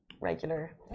regular